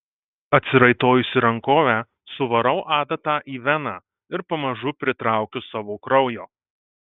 atsiraitojusi rankovę suvarau adatą į veną ir pamažu pritraukiu savo kraujo